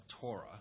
Torah